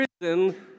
prison